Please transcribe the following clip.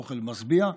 אוכל משביע.